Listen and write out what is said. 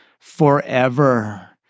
forever